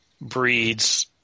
breeds